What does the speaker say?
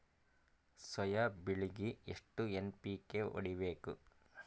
Soya ಬೆಳಿಗಿ ಎಷ್ಟು NPK ಹೊಡಿಬೇಕು?